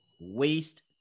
Waste